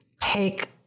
take